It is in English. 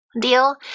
deal